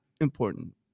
important